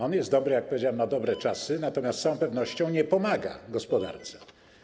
On jest dobry, jak powiedziałem, na dobre czasy, natomiast z całą pewnością nie pomaga gospodarce.